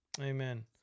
Amen